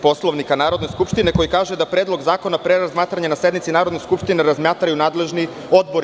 Poslovnika Narodne skupštine, koji kaže da Predlog zakona pre razmatranja na sednici Narodne skupštine razmatraju nadležni odbori.